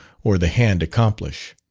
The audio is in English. or the hand accomplish.